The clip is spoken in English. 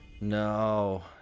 No